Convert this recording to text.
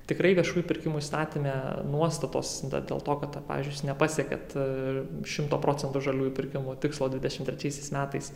tikrai viešųjų pirkimų įstatyme nuostatos dėl to kad pavyzdžiui jūs nepasiekėt šimto procentų žaliųjų pirkimų tikslo dvidešimt trečiaisiais metais